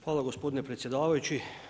Hvala gospodine predsjedavajući.